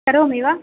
करोमि वा